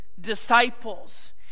disciples